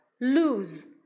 Lose